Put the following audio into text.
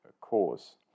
cause